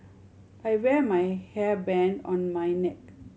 I wear my hairband on my neck